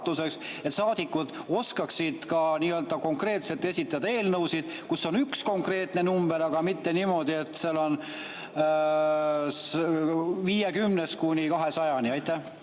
saadikud oskaksid konkreetselt esitada eelnõusid, kus on üks konkreetne number, mitte niimoodi, et seal on 50‑st kuni 200‑ni. Aitäh!